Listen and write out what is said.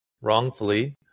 wrongfully